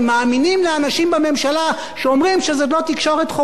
שאומרים שזאת לא תקשורת חופשית אלא אינטרסנטית.